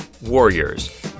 Warriors